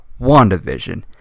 WandaVision